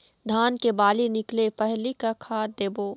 धान के बाली निकले पहली का खाद देबो?